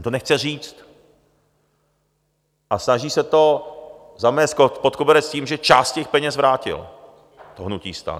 On to nechce říct a snaží se to zamést pod koberec tím, že část těch peněz vrátilo, to hnutí STAN.